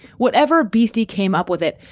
whatever beastie came up with it.